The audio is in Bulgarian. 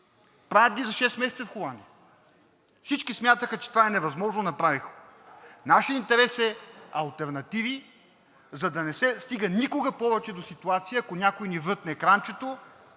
Правят ги за шест месеца в Холандия. Всички смятаха, че това е невъзможно, направиха го. Нашият интерес е алтернативи, за да не се стига никога повече до ситуация, ако някой ни врътне кранчето,